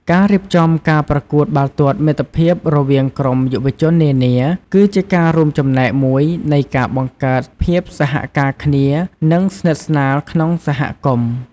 ការរៀបចំការប្រកួតបាល់ទាត់មិត្តភាពរវាងក្រុមយុវជននានា គឺជាការរួមចំណែកមួយនៃការបង្កើតភាពសហការគ្នា និងស្និទ្ធស្នាលក្នុងសហគមន៍។